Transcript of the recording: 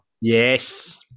Yes